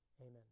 Amen